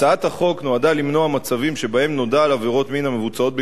הצעת החוק נועדה למנוע מצבים שבהם נודע על עבירות מין המבוצעות בקטינים,